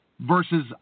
versus